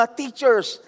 teachers